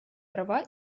права